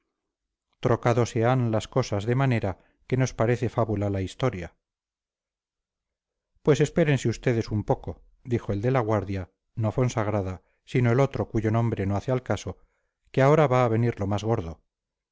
la realidad es más peregrina que las invenciones de los poetas pues espérense ustedes un poco dijo el de la guardia no fonsagrada sino el otro cuyo nombre no hace al caso que ahora va a venir lo más gordo